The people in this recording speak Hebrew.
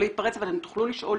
רוצים לפרסם